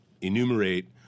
enumerate